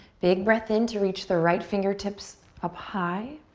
big breath in to reach the right fingertips up high.